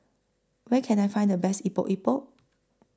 Where Can I Find The Best Epok Epok